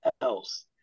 else